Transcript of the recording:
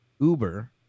Uber